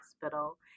hospital